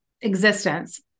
existence